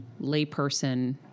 layperson